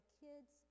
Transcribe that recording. kids